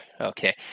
Okay